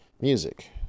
music